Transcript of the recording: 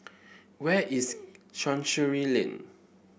where is Chancery Lane